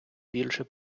більше